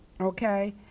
okay